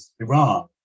Iran